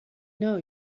know